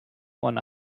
ohren